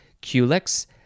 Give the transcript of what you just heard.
Culex